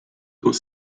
dans